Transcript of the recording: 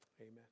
Amen